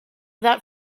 that